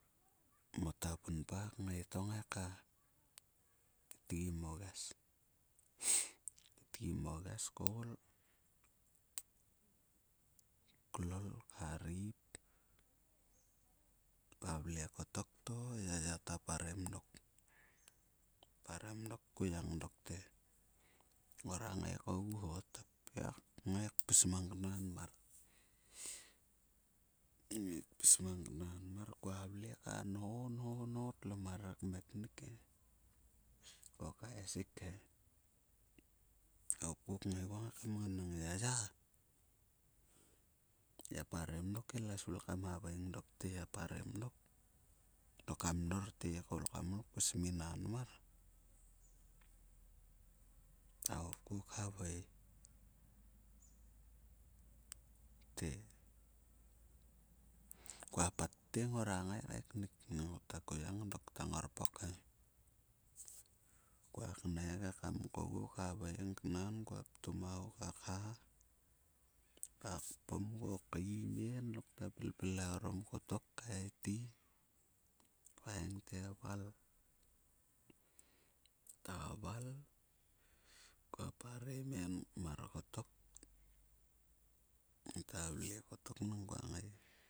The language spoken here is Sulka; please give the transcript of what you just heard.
Mota punpa kngai to keitgi moges. Keitgi mo ges koulklol kharip kvavle kottok to e yaya ta parem dok tparem dok kouyang dok te. "Ngora ngai kogu ho." Ta ppiak, tngai pis mang knan mar. Tngai pis magn knan mar kua vle ka nho, tlo marer kmeknik e. Ko hopku kngai guo ka mnganang en, "yaya ya parem dok ila svil kam haveng dot te ya parem dok." Dok kam minor ti yi koul kam pis mi naan mar. Ta hopku khaveir t kua pat te ngora ngai kaiknik. Nangko ta ngarpok he kua knaik kogu khaveng knain kua ptum a ho ka kha ka kpom en. Ku en lokta pilpilai orom en kottok. Tkaetit. Ku haveing te, "val" ta val kua parem mar kottok ngate vlekottok nang kua ngai.